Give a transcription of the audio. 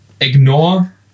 Ignore